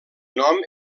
nom